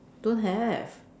don't have